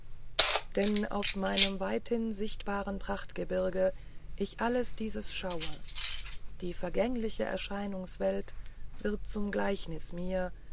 wenn auf meinem weithin sichtbaren prachtgebirg ich alles dieses schaue die vergängliche erscheinungswelt wird zum gleichnis mir